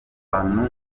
bantu